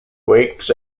weeks